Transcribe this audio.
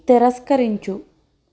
తిరస్కరించు